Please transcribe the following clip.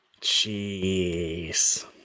Jeez